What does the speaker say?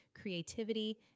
creativity